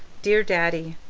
dear daddy,